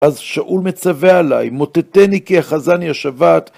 אז שאול מצווה עליי: מוטטני כי אחזני השבץ